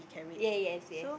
ya yes yes